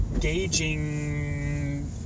gauging